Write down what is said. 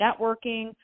networking